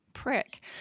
prick